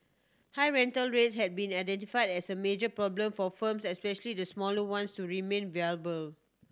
high rental rates have been identified as a major problem for firms especially the smaller ones to remain viable